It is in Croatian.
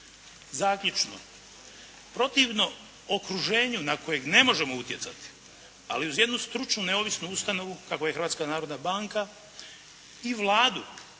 Zaključno. Protivno okruženju na kojeg ne možemo utjecati, ali uz jednu stručnu neovisnu ustanovu kakva je Hrvatska